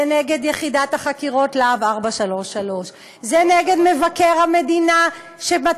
זה נגד יחידת החקירות "להב 433"; זה נגד מבקר המדינה,